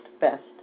best